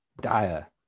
dire